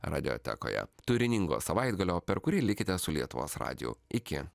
radiotekoje turiningo savaitgalio per kurį likite su lietuvos radiju iki